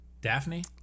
Daphne